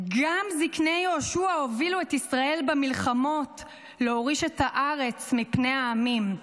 גם זקני יהושע הובילו את ישראל במלחמות להוריש את הארץ מפני העמים.